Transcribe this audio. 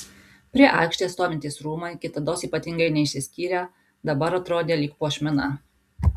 prie aikštės stovintys rūmai kitados ypatingai neišsiskyrę dabar atrodė lyg puošmena